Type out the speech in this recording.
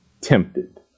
tempted